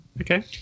Okay